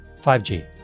5G